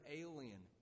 alien